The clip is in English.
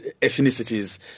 ethnicities